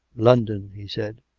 london, he said.